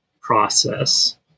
process